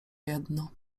jedno